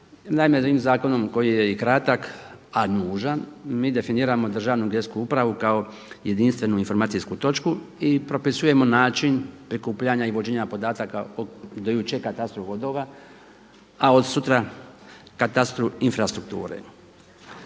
Naime, ovim zakonom koji je i kratak a nužan, mi definiramo Državnu geodetsku upravu kao jedinstvenu informacijsku točku i propisujemo način prikupljanja i vođenja podataka u katastru vodova, a od sutra katastru infrastrukture.